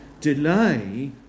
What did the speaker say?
delay